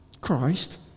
Christ